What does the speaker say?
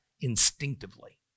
instinctively